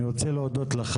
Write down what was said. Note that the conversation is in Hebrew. אני רוצה להודות לך.